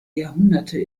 jahrhunderte